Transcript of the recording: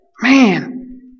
Man